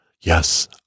yes